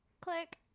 Click